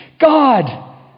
God